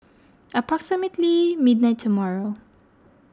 approximately midnight tomorrow